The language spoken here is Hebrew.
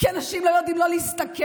כי אנשים לא יודעים לא להסתכל.